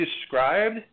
described